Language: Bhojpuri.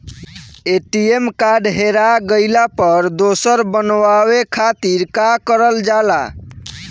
ए.टी.एम कार्ड हेरा गइल पर दोसर बनवावे खातिर का करल जाला?